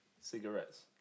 Cigarettes